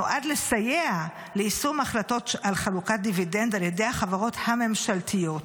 נועד לסייע ליישום החלטות על חלוקת דיבידנד על ידי החברות הממשלתיות,